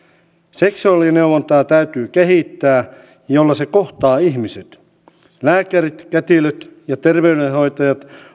seksuaalineuvontaa täytyy kehittää jolloin se kohtaa ihmiset lääkärit kätilöt ja terveydenhoitajat